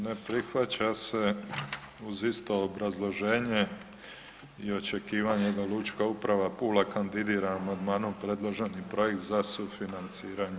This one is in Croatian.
Ne prihvaća se uz isto obrazloženje i očekivanje da Lučka uprava Pula kandidira amandmanom predloženi projekt za sufinanciranje.